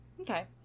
Okay